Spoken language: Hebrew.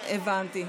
ההסתייגויות.